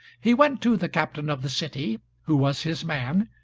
he went to the captain of the city, who was his man,